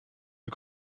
you